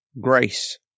GRACE